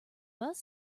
bus